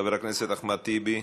חבר הכנסת אחמד טיבי,